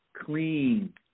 clean